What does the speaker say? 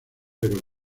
pero